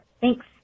Thanks